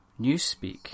Newspeak